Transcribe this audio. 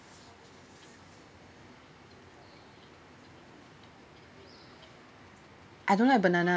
I don't like banana